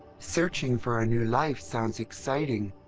searching for a new life sounds exciting.